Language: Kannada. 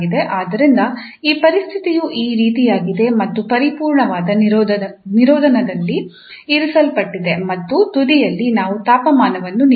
ಆದ್ದರಿಂದ ಈ ಪರಿಸ್ಥಿತಿಯು ಈ ರೀತಿಯಾಗಿದೆ ಮತ್ತು ಪರಿಪೂರ್ಣವಾದ ನಿರೋಧನದಲ್ಲಿ ಇರಿಸಲ್ಪಟ್ಟಿದೆ ಮತ್ತು ಈ ತುದಿಯಲ್ಲಿ ನಾವು ತಾಪಮಾನವನ್ನು ನೀಡಿದ್ದೇವೆ